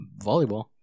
Volleyball